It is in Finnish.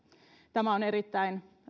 tämä on erittäin